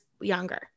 younger